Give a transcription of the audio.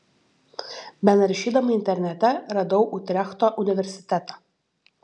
benaršydama internete radau utrechto universitetą